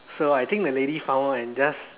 so I think the lady found out and just